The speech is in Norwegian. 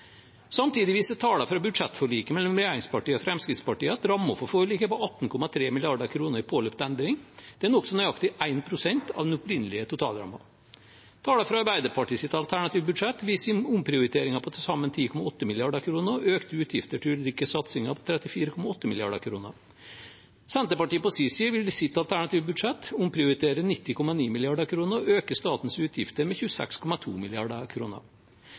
Samtidig viser tallene fra budsjettforliket mellom regjeringspartiene og Fremskrittspartiet at rammen for forliket er på 18,3 mrd. kr i påløpt endring. Det er nokså nøyaktig 1 pst. av den opprinnelige totalrammen. Tallene fra Arbeiderpartiets alternative budsjett viser omprioriteringer på til sammen 10,8 mrd. kr og økte utgifter til ulike satsinger på 34,8 mrd. kr. Senterpartiet på sin side vil i sitt alternative budsjett omprioritere 90,9 mrd. kr og øke statens utgifter med 26,2